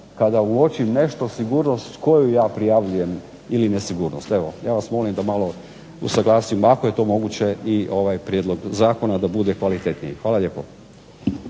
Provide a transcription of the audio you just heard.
kada uočim nešto sigurnost koju ja prijavljujem ili nesigurnost. Evo ja vas molim da malo usuglasimo ako je to moguće i ovaj prijedlog zakona da bude kvalitetniji. Hvala lijepo.